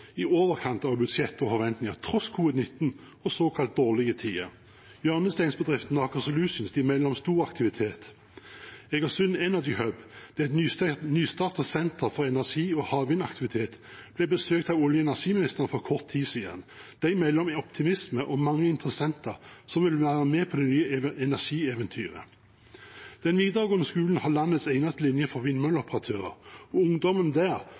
i overkant av budsjett og forventninger, tross covid-19 og såkalt dårlige tider. Hjørnesteinsbedriften Aker Solutions melder om stor aktivitet. Egersund Energy Hub, et nystartet senter for energi og havvindaktivitet, ble besøkt av olje- og energiministeren for kort tid siden. De melder om optimisme og mange interessenter som vil være med på det nye energieventyret. Den videregående skolen har landets eneste linje for vindmølleoperatører. Ungdommen der får nå garantert læreplass hos operatørene. Det